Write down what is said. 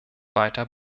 weiter